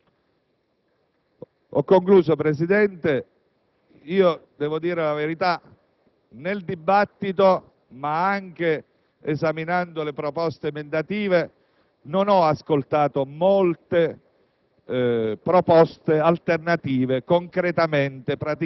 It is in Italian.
È la prima volta, signor Presidente, che il Parlamento, nel caso il Senato, fa sotto il profilo dei risparmi, del rigore più di quanto il Governo aveva proposto di fare.